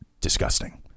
disgusting